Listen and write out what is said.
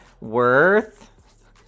worth